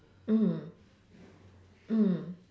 mm mm